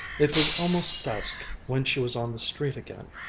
it was almost dusk when she was on the street again,